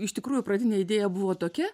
iš tikrųjų pradinė idėja buvo tokia